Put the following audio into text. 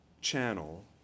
channel